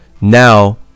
now